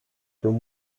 from